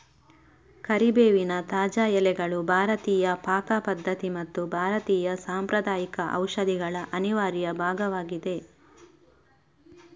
ಕರಿಬೇವಿನ ತಾಜಾ ಎಲೆಗಳು ಭಾರತೀಯ ಪಾಕ ಪದ್ಧತಿ ಮತ್ತು ಭಾರತೀಯ ಸಾಂಪ್ರದಾಯಿಕ ಔಷಧಿಗಳ ಅನಿವಾರ್ಯ ಭಾಗವಾಗಿದೆ